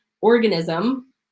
organism